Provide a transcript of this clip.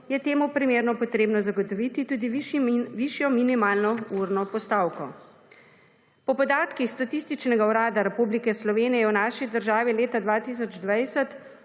je temu primerno potrebno zagotoviti tudi višjo minimalno urno postavko. Po podatkih statističnega urada Republike Slovenije je v naši državi leta 2020